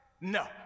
No